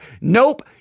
Nope